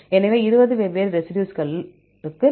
எனவே 20 வெவ்வேறு ரெசிடியூஸ்களுக்கு நாங்கள் பெறுவோம்